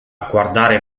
guardare